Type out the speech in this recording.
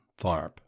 Tharp